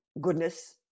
goodness